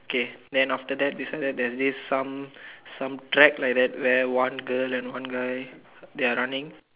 kay then after that beside that there's this some some track like that where one girl and one guy they're running